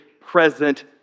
present